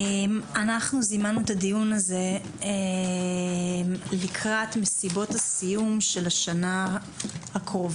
אנחנו זימנו את הדיון הזה לקראת מסיבות הסיום של השנה הקרובה,